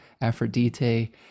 Aphrodite